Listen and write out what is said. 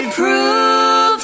proof